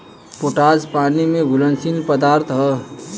potash पानी में घुलनशील पदार्थ ह